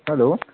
hello